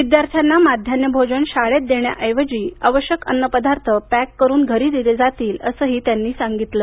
विद्यार्थ्यांना मध्यान्ह भोजन शाळेत देण्याऐवजी आवश्यक अन्नपदार्थ पॅक करून घरी दिले जातील असंही त्यांनी सांगितलं